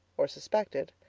or suspected,